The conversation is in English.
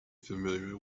familiar